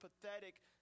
pathetic